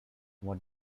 what